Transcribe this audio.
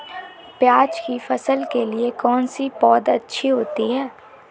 प्याज़ की फसल के लिए कौनसी पौद अच्छी होती है?